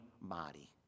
body